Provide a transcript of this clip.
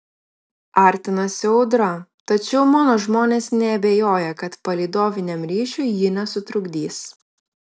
artinasi audra tačiau mano žmonės neabejoja kad palydoviniam ryšiui ji nesutrukdys